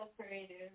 creative